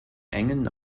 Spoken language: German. engen